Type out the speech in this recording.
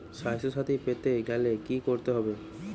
স্বাস্থসাথী পেতে গেলে কি করতে হবে?